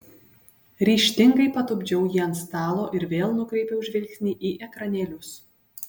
ryžtingai patupdžiau jį ant stalo ir vėl nukreipiau žvilgsnį į ekranėlius